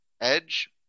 Edge